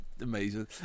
amazing